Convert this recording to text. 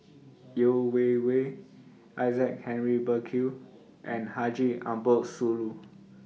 Yeo Wei Wei Isaac Henry Burkill and Haji Ambo Sooloh